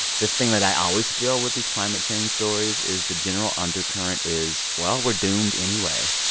the thing that i always feel with these climate change stories is the general undercurrent is, well, we're doomed anyway.